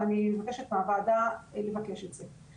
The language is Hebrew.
ואני מבקשת מהוועדה לבקש את זה.